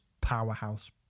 powerhouse